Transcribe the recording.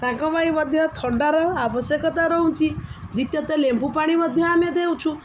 ତାଙ୍କ ପାଇଁ ମଧ୍ୟ ଥଣ୍ଡାର ଆବଶ୍ୟକତା ରହୁଚି ଦ୍ୱିତୀୟତଃ ଲେମ୍ବୁପାଣି ମଧ୍ୟ ଆମେ ଦେଉଛୁ